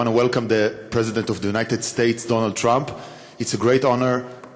(נושא דברים בשפה אנגלית, להלן תרגומם: